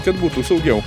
kad būtų saugiau